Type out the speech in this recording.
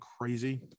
crazy